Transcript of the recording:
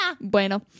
bueno